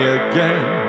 again